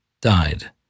died